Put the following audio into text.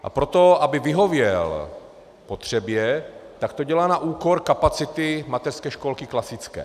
A pro to, aby vyhověl potřebě, tak to dělá na úkor kapacity mateřské školky klasické.